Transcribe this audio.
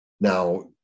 Now